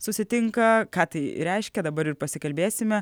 susitinka ką tai reiškia dabar ir pasikalbėsime